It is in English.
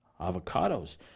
avocados